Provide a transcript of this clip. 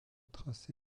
tracé